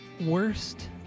worst